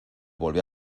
volví